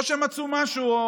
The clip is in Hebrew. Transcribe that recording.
לא שמצאו משהו.